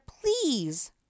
please